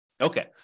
Okay